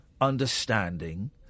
understanding